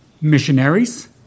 missionaries